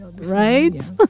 Right